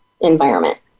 environment